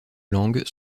langue